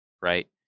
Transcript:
right